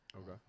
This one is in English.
Okay